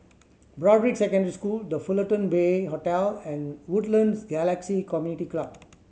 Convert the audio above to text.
Broadrick Secondary School The Fullerton Bay Hotel and Woodlands Galaxy Community Club